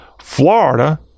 florida